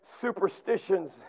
superstitions